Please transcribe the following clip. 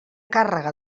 càrrega